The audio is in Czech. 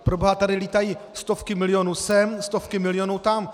Proboha, tady létají stovky milionů sem, stovky milionů tam!